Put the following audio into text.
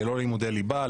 ללא לימודי ליבה,